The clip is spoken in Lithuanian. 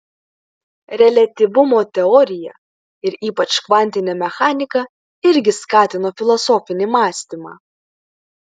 reliatyvumo teorija ir ypač kvantinė mechanika irgi skatino filosofinį mąstymą